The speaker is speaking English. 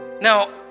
now